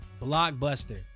blockbuster